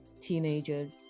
teenagers